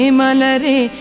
malare